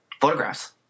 photographs